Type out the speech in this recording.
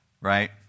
right